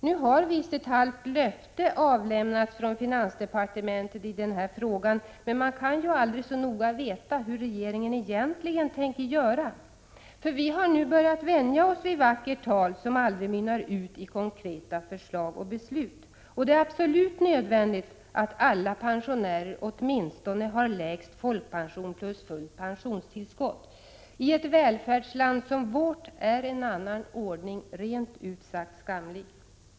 Nu har visst ett halvt löfte avlämnats från finansdepartementet i den här frågan, men man kan ju aldrig så noga veta hur regeringen egentligen tänker göra. Vi har nu börjat vänja oss vid vackert tal som aldrig mynnar ut i konkreta förslag och beslut. Det är absolut nödvändigt att alla pensionärer åtminstone har lägst folkpension och fullt pensionstillskott. I ett välfärdsland som vårt är en annan ordning rent ut sagt skamlig.